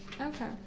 Okay